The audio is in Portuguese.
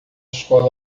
escola